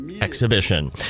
exhibition